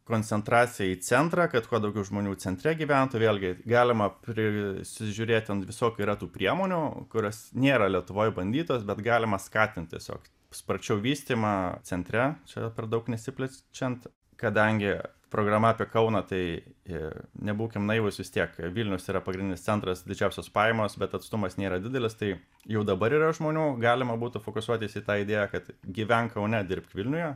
koncentracija į centrą kad kuo daugiau žmonių centre gyventų vėlgi galima prisižiūrėt ten visokių yra tų priemonių kurios nėra lietuvoj bandytos bet galima skatint tiesiog sparčiau vystymą centre čia per daug nesiplečiant kadangi programa apie kauną tai i nebūkim naivūs vis tiek e vilnius yra pagrindinis centras didžiausios pajamos bet atstumas nėra didelis tai jau dabar yra žmonių galima būtų fokusuotis į tą idėją kad gyvenk kaune dirbk vilniuje